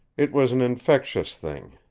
it was an infectious thing.